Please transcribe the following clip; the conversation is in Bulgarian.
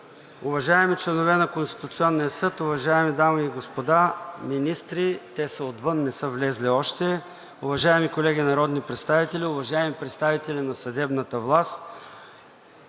Уважаеми членове на Конституционния съд, уважаеми дами и господа министри, уважаеми колеги народни представители, уважаеми представители на съдебната власт,